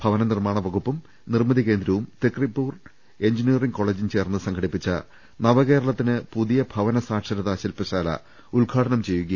ഭവന നിർമ്മാണ വകുപ്പും നിർമ്മിതി കേന്ദ്രവും തൃക്കരിപ്പൂർ എഞ്ചി നീയറിംഗ് കോളേജും ചേർന്ന് സംഘടിപ്പിച്ച നവകേരളത്തിന് പുതിയ ഭവന സാക്ഷരത ശില്പശാല ഉദ്ഘാടനം ചെയ്യുക